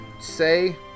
say